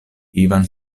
ivan